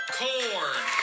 corn